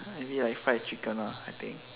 maybe like fried chicken ah I think